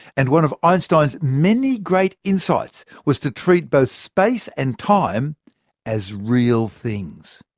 and one of einstein's many great insights was to treat both space and time as real things.